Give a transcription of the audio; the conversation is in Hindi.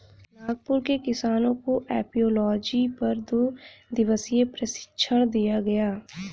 नागपुर के किसानों को एपियोलॉजी पर दो दिवसीय प्रशिक्षण दिया गया